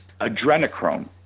adrenochrome